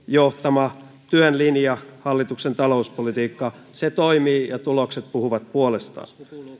johtama työn linja hallituksen talouspolitiikka toimii ja tulokset puhuvat puolestaan